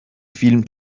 فیلم